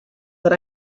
that